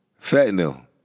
Fentanyl